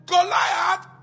Goliath